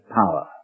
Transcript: power